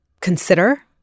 consider